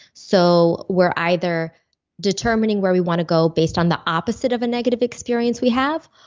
so we're either determining where we wanna go based on the opposite of a negative experience we have,